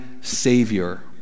Savior